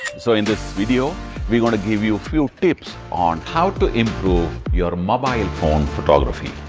so in this video we want to give you few tips on how to improve your mobile phone photography.